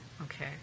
Okay